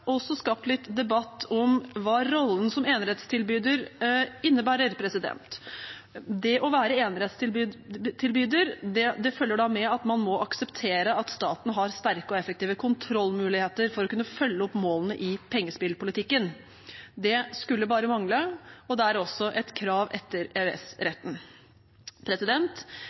å være enerettstilbyder følges av at man må akseptere at staten har sterke og effektive kontrollmuligheter for å kunne følge opp målene i pengespillpolitikken. Det skulle bare mangle, og det er også et krav etter